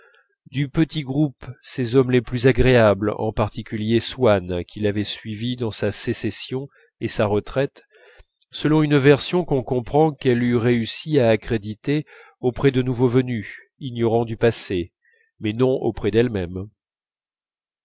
du petit groupe ses hommes les plus agréables en particulier swann qui l'avait suivie dans sa sécession et sa retraite selon une version qu'on comprend qu'elle eût réussi à accréditer auprès de nouveaux venus ignorants du passé mais non auprès d'elle-même